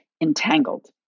entangled